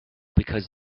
because